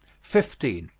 fifteen.